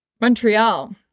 Montreal